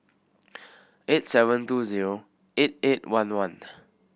eight seven two zero eight eight one one